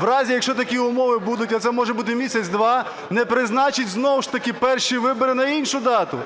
в разі якщо такі умови будуть, а це може бути місяць-два, не призначить знову ж таки перші вибори на іншу дату.